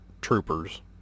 troopers